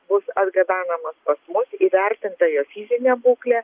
bus atgabenamas pas mus įvertinta jo fizinė būklė